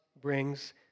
brings